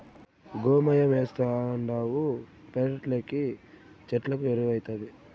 గోమయమేస్తావుండావు పెరట్లేస్తే చెట్లకు ఎరువౌతాది